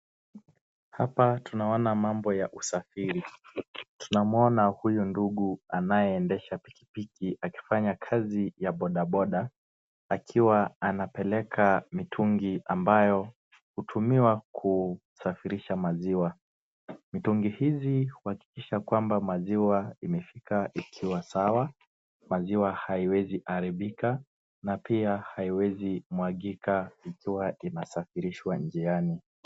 Hapa tunaona mambo ya usafiri. Tunamwona huyu ndugu anayeendesha pikipiki akifanya kazi ya bodaboda ,akiwa anapeleka mitungi ambayo hutumiwa kusafirisha maziwa. Mitungi hizi huhakikisha kwamba maziwa imefika ikiwa sawa, maziwa haiwezi haribika na pia haiwezi mwagika ikiwa inasifirishwa njiani.